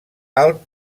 alt